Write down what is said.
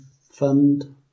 fund